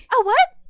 ah what?